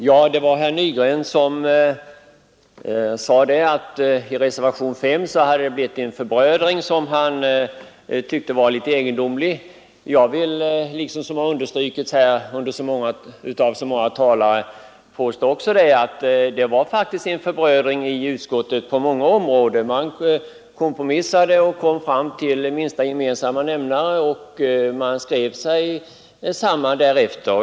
Herr talman! Herr Nygren sade att det i reservationen 5 hade blivit en förbrödring, som han fann litet egendomlig. Jag vill, såsom många talare gjort, understryka att det faktiskt skedde en förbrödring i utskottet på många områden. Man kompromissade, kom fram till en minsta gemensam nämnare och skrev sig samman därefter.